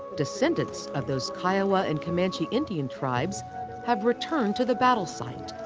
descendants of those kiowa and comanche indian tribes have returned to the battle site,